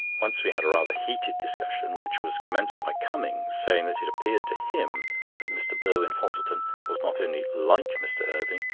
once we had a rather heated discussion, which was commenced by cummings saying that it appeared to him that mr. burwin-fosselton was not only like mr. irving,